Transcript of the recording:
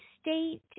state